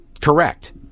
correct